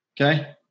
Okay